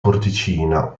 porticina